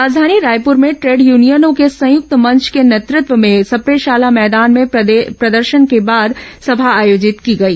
राजधानी रायपूर में ट्रेड यूनियनों के संयुक्त मंच के नेतृत्व में सप्रेशाला मैदान में प्रदर्शन के बाद सभा आयोजित की गई